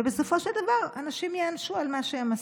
ובסופו של דבר אנשים ייענשו על מה שהם עשו.